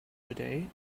today